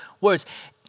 words